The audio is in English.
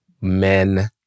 men